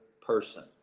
person